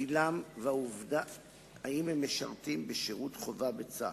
גילם ואם הם משרתים בשירות חובה בצה"ל.